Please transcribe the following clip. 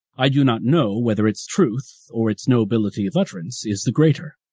i do not know whether its truth or its nobility of utterance is the greater.